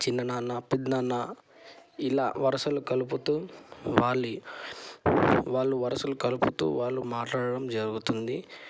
చిన్న నాన్న పెద్ద నాన్న ఇలా వరసలు కలుపుతూ వాళ్ళ వాళ్ళు వరుసలు కలుపుతూ వాళ్ళు మాట్లాడడం జరుగుతుంది